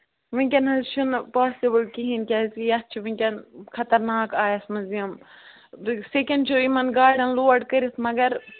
وُنکٮ۪ن حظ چھُنہٕ پاسِبُل کِہیٖنٛۍ کیٛازِ کہِ یَتھ چھُ وُنکٮ۪ن خَطرناکھ آیَس منٛز یِم سیکنٛڈ چھُ یِمن گاڑٮ۪ن لوڈ کٔرِتھ مَگر